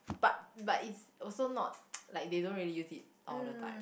but but it's also not like they don't really use it all the time